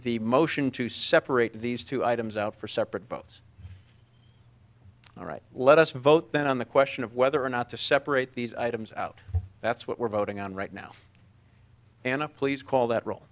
the motion to separate these two items out for separate votes all right let us vote then on the question of whether or not to separate these items out that's what we're voting on right now and please call that r